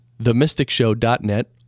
TheMysticShow.net